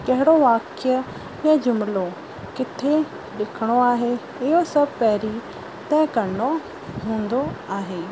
कहिड़ो वाक्य या जुमिलो किथे लिखिणो आहे इहो सभु पहिरीं तइ करिणो हूंदो आहे